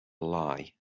lie